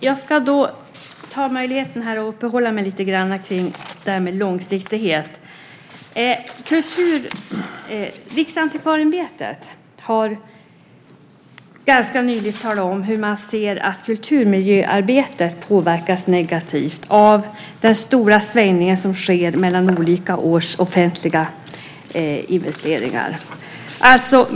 Fru talman! Jag ska uppehålla mig lite grann kring frågan om långsiktighet. Riksantikvarieämbetet har nyligen talat om att man anser att kulturmiljöarbetet påverkas negativt av de stora svängningar som sker i offentliga investeringar olika år.